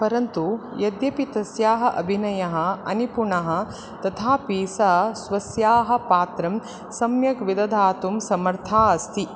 परन्तु यद्यपि तस्याः अभिनयः अनिपुणः तथापि सा स्वस्याः पात्रं सम्यक् विदधातुं समर्था अस्ति